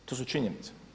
To su činjenice.